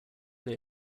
they